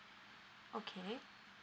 okay